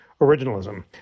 originalism